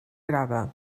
grava